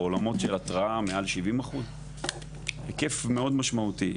בעולמות של התראה מעל 70% היקף מאוד משמעותי.